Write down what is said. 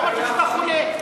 לא אמרת שאתה חולה.